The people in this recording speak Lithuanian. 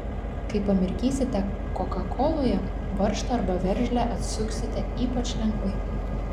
kai pamirkysite kokakoloje varžtą arba veržlę atsuksite ypač lengvai